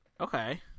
Okay